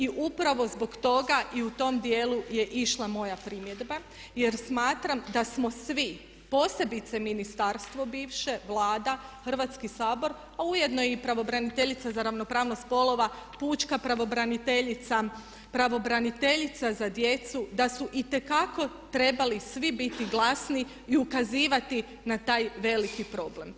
I upravo zbog toga i u tom dijelu je išla moja primjedba, jer smatram da smo svi, posebice ministarstvo bivše, Vlada, Hrvatski sabor a ujedno i pravobraniteljica za ravnopravnost spolova, pučka pravobraniteljica, pravobraniteljica za djecu da su itekako trebali svi biti glasni i ukazivati na taj veliki problem.